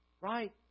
Right